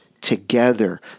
together